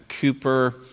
Cooper